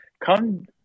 come